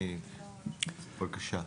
בבקשה.